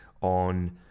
on